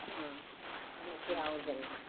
हाँ लेके आओ जल्दी